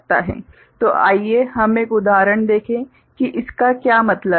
तो आइए हम एक उदाहरण देखें कि इसका क्या मतलब है